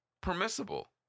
permissible